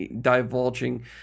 divulging